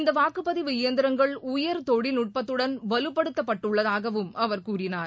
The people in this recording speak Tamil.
இந்த வாக்குப்பதிவு இய்ந்திரங்கள் உயர் தொழில்நுட்பத்துடன் வலுப்படுத்தப் பட்டுள்ளதாகவும் அவர் கூறினார்